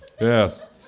Yes